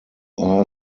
are